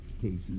cases